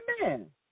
Amen